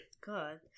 God